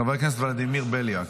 חבר הכנסת ולדימיר בליאק.